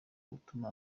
gutuma